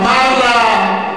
אמר לה,